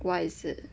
what is it